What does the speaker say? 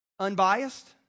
unbiased